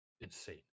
insane